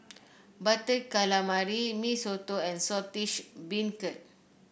Butter Calamari Mee Soto and Saltish Beancurd